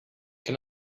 can